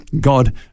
God